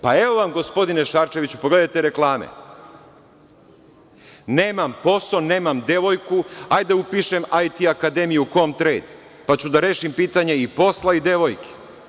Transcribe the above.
Pa, evo vam, gospodine Šarčeviću, pogledajte reklame - Nemam posao, nemam devojku, hajde da upišem IT akademiju „Comtrade“,pa ću da rešim pitanje i posla i devojke.